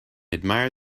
admire